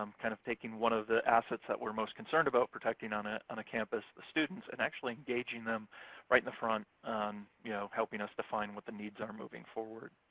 um kind of taking one of the assets that we're most concerned about, protecting on ah on a campus the students, and actually engaging them right in the front on you know helping us define what the needs are moving forward.